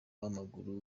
w’amaguru